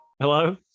Hello